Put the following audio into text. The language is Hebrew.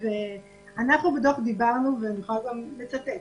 בדוח דיברנו ואני יכולה גם לצטט.